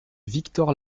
victor